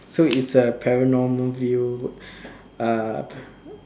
so it's a panorama view uh